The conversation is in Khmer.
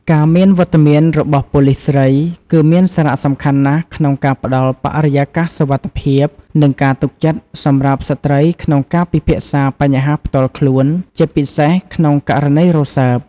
ការមានវត្តមានរបស់ ប៉ូលិសស្រី គឺមានសារៈសំខាន់ណាស់ក្នុងការផ្តល់បរិយាកាសសុវត្ថិភាព និងការទុកចិត្តសម្រាប់ស្ត្រីក្នុងការពិភាក្សាបញ្ហាផ្ទាល់ខ្លួន ជាពិសេសក្នុងករណីរសើប។